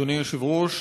אדוני היושב-ראש,